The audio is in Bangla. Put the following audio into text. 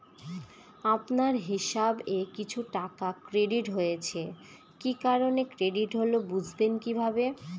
আপনার হিসাব এ কিছু টাকা ক্রেডিট হয়েছে কি কারণে ক্রেডিট হল বুঝবেন কিভাবে?